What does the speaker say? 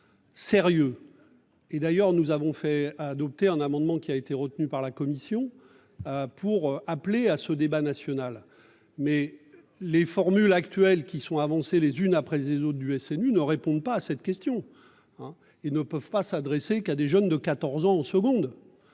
sérieux et d'ailleurs nous avons fait adopter un amendement qui a été retenu par la commission. Pour appeler à ce débat national, mais les formules actuelles qui sont avancés les unes après les autres du SNU ne répondent pas à cette question, hein, et ne peuvent pas s'adresser qu'à des jeunes de 14 ans en seconde.